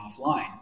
offline